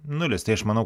nulis tai aš manau